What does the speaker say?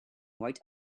white